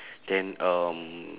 then um